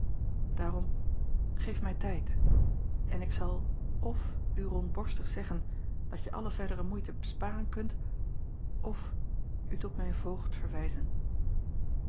aarom geef mij tijd en ik zal f u rondborstig zeggen dat je alle verdere moeite sparen kunt f u tot mijn voogd verwijzen